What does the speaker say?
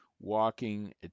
walking